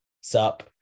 Sup